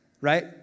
right